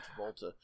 Travolta